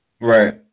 Right